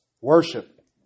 worship